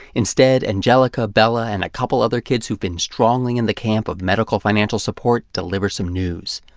instead, angelica, bella, and a couple other kids who've been strongly in the camp of medical financial support deliver some news.